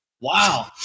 Wow